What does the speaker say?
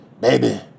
Baby